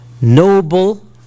noble